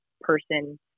person